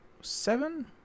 seven